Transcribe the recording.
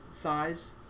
thighs